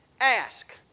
Ask